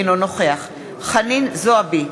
אינו נוכח חנין זועבי,